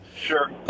Sure